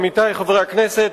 עמיתי חברי הכנסת,